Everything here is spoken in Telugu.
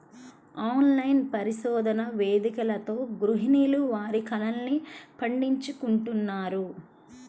ఆన్లైన్ పరిశోధన వేదికలతో గృహిణులు వారి కలల్ని పండించుకుంటున్నారు